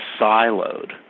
siloed